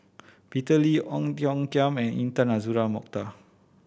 Peter Lee Ong Tiong Khiam and Intan Azura Mokhtar